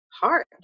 hard